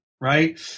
right